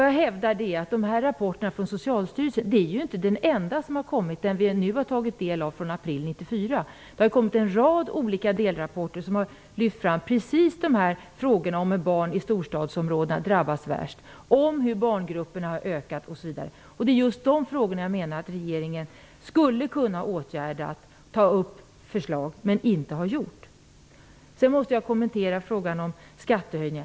Jag hävdar att den rapport från april 1994 från Socialstyrelsen som vi nu tagit del av inte är den enda som kommit. Det har kommit en rad delrapporter som lyft fram precis detta att barn i storstadsområden drabbas värst. Det faktum att barngrupperna har ökat i storlek har också lyfts fram. Det är just dessa frågor som jag menar att regeringen skulle kunna åtgärda genom att lägga fram förslag. Men det har regeringen inte gjort. Jag måste kommentera frågan om skattehöjningar.